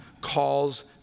calls